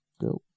Go